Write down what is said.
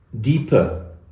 deeper